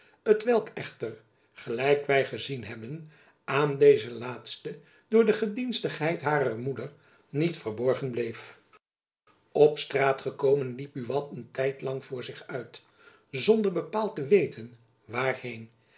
t welk echter gelijk wy gezien hebben aan deze laatste door de gedienstigheid harer moeder niet verborgen bleef op straat gekomen liep buat een tijd lang voor zich uit zonder bepaald te weten waarheen